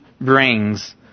brings